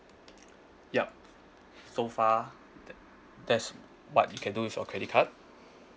yup so far that's what you can do with your credit card